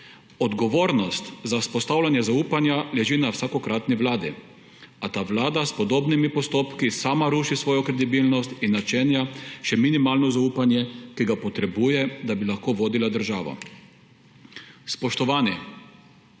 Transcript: Odgovornost za vzpostavljanje zaupanja leži na vsakokratni vladi, a ta vlada s podobnimi postopki sama ruši svojo kredibilnost in načenja še minimalno zaupanje, ki ga potrebuje, da bi lahko vodila državo. Spoštovani!